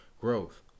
growth